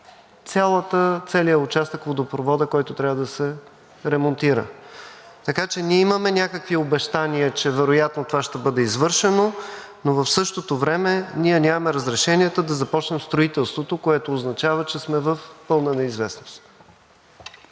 за целия участък, за водопровода, който трябва да се ремонтира? Така че ние имаме някакви обещания, че вероятно това ще бъде извършено, но в същото време нямаме разрешенията да започнем строителството, което означава, че сме в пълна неизвестност.